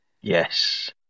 yes